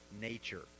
nature